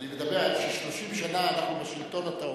אני מדבר על זה ש-30 שנה אנחנו בשלטון, אתה אומר,